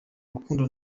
rukundo